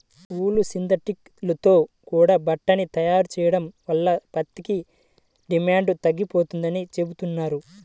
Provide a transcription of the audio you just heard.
ఊలు, synthetic తో కూడా బట్టని తయారు చెయ్యడం వల్ల పత్తికి డిమాండు తగ్గిపోతందని చెబుతున్నారు